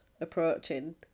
approaching